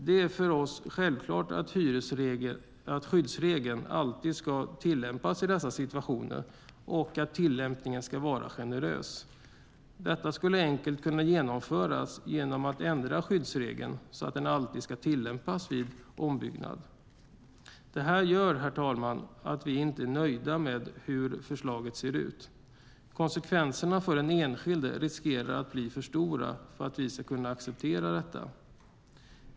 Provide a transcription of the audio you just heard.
Det är för oss självklart att skyddsregeln alltid ska tillämpas i dessa situationer och att tillämpningen ska vara generös. Detta skulle enkelt kunna genomföras genom att ändra skyddsregeln så att den alltid ska tillämpas vid ombyggnad. Det här gör, herr talman, att vi inte är nöjda med hur förslaget ser ut. Konsekvenserna för den enskilde riskerar att bli för stora för att vi ska kunna acceptera detta.